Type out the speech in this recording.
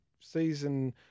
season